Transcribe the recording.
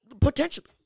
Potentially